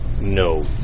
No